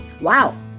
Wow